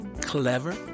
Clever